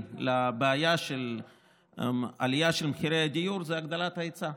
לבעיית עליית מחירי הדיור זה הגדלת ההיצע.